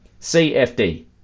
CFD